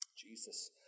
Jesus